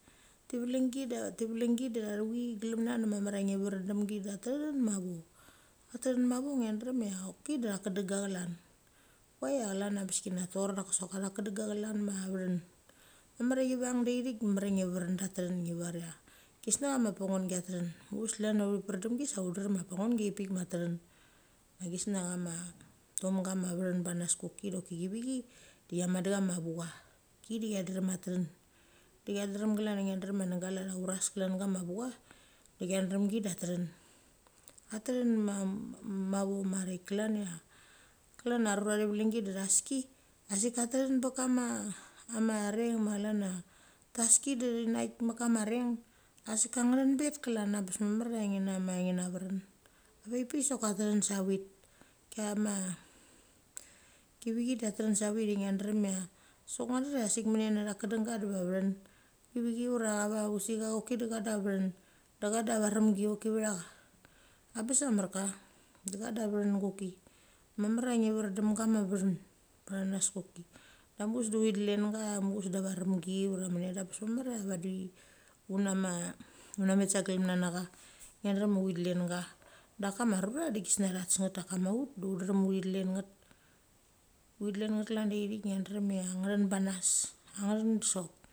tivelgi da cha thuchi glemna da mamar cha veren dem gi da a tethin mavo. A tethin mavo nge drem cha choki da kedenga chlan. Koi cha chlan cha bes ki na tor da ki sot atha kedenga chlan ma vethin. Mamar cha chi vang da thik da mamar cha ngi verin, da tethin ngi ur cha chesina cha ma panungi atethin. Muches de chlan cha uthi pren demgi sa ut drem cha panungi pik ma tethin de chesina cha ma tomga ma vethin bechanas kok i de chi vethi de chamet de chama vucha. Ki de cha drem a tethin, de cha drem klan cha nge drem uras klan kama vucha, de cha drem ki da tethin a tethin mavo marik klan cha a rura thi valangi da thes ki, a sik a tethin be kama reng ma chlan cha theski de teski de chinaik met ka ma reng a sik athin bet klan abes mamar ngi cha veren, vapik sok a tethin sa vit. Sa chama kivechi da tethin sa vit. Sa chama kivechi da tethin sa vit i ngia drem cha kedenga de va vethin. Kivechi ura chama pusicha choki da cho da vethin da cha da varemgi choki vecha. A bes a marka da cha da vethin koki marmar cha ngi veren dem ga ma vethin pechanas koki. Da mochaves da uthi delang cha mochaves da varemgi ura minia da bes mamar cha vadi. Da kama rura de chesina cha tes nget da kama ut du udrem uthi dlen nget uthi dlen nget klan da ithik cha ngia drem ngthin bechanas, ngthin sok.